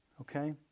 Okay